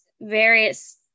various